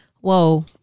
Whoa